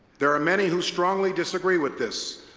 there are many who strongly disagree with this,